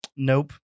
Nope